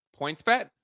PointsBet